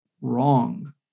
wrong